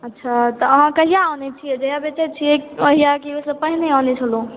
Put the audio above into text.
अच्छा तऽ अहाँ कहिया अनै छियै जहिया बेचै छियै ओहिया कि ओहि से पहिने अनै छलहुॅं